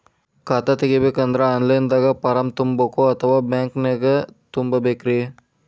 ಖಾತಾ ತೆಗಿಬೇಕಂದ್ರ online ದಾಗ ಫಾರಂ ತುಂಬೇಕೊ ಅಥವಾ ಬ್ಯಾಂಕನ್ಯಾಗ ತುಂಬ ಬೇಕ್ರಿ?